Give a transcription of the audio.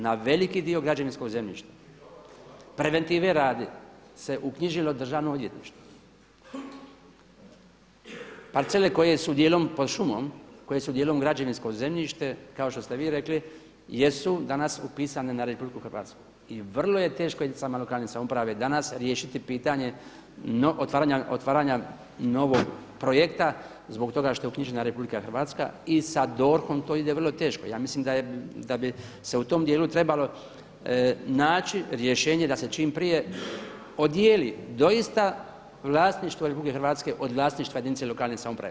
Na veliki građevinskog zemljišta preventive radi se uknjižilo državno odvjetništvo, parcele koje su dijelom pod šumom, koje su dijelom građevinsko zemljište kao što ste vi rekli jesu danas upisane na RH i vrlo je teško jedinicama lokalne samouprave danas riješiti pitanje otvaranja novog projekta zbog toga što je uknjižena RH i sa DORH-om to ide vrlo teško, ja mislim da bi se u tom dijelu trebalo naći rješenje da se čim prije odijeli doista vlasništvo RH od vlasništva jedinice lokalne samouprave.